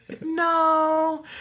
No